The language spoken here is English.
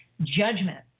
judgment